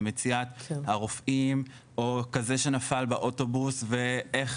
במציאת הרופאים או כזה שנפל באוטובוס ואיך